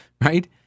Right